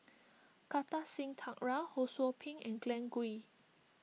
Kartar Singh Thakral Ho Sou Ping and Glen Goei